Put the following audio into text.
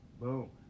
Boom